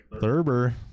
Thurber